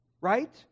right